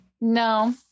No